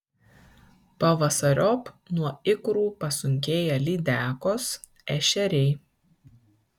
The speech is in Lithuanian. pavasariop nuo ikrų pasunkėja lydekos ešeriai